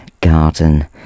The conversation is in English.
Garden